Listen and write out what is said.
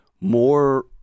more